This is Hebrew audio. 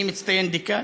אני מצטיין דיקן,